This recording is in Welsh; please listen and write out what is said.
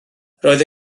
roedd